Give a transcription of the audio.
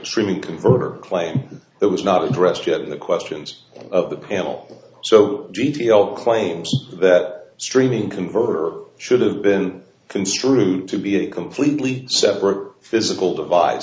treme converter claim that was not addressed yet in the questions of the panel so d t l claims that streaming converter should have been construed to be a completely separate physical devi